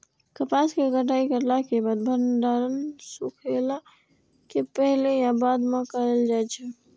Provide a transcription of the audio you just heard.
कपास के कटाई करला के बाद भंडारण सुखेला के पहले या बाद में कायल जाय छै?